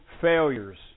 failures